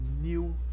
new